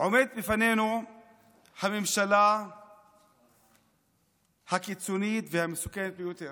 עומדת בפנינו הממשלה הקיצונית והמסוכנת ביותר.